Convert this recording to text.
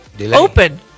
open